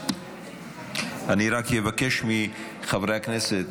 אני רק אבקש מחברי הכנסת,